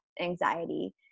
anxiety